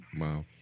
Wow